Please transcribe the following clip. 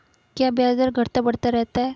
क्या ब्याज दर घटता बढ़ता रहता है?